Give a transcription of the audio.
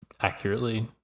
accurately